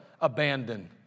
abandoned